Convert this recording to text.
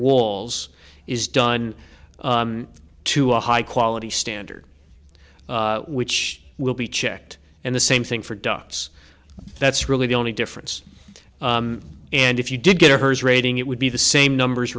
walls is done to a high quality standard which will be checked and the same thing for ducts that's really the only difference and if you did get her's rating it would be the same numbers